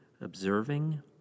observing